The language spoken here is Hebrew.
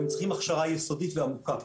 הם צריכים הכשרה יסודית ועמוקה.